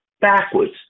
backwards